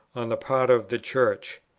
on the part of the church.